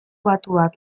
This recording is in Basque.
batuak